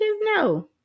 No